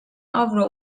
avro